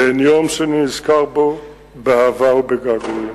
ואין יום שאינני נזכר בו באהבה ובגעגועים.